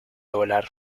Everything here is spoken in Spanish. volar